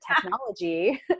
technology